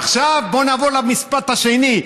עכשיו בוא נעבור למשפט השני.